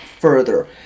further